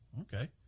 Okay